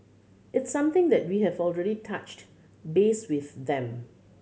it's something that we have already touched base with them